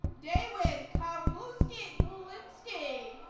dawin kawunsky guwisky.